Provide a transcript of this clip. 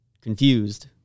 confused